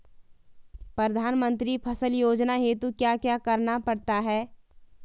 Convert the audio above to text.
प्रधानमंत्री फसल योजना हेतु क्या क्या करना पड़ता है?